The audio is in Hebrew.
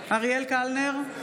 אריאל קלנר,